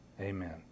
Amen